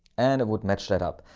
and it would match that up.